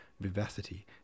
vivacity